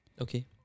Okay